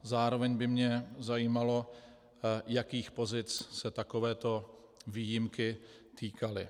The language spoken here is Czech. Zároveň by mě zajímalo, jakých pozic se takovéto výjimky týkaly.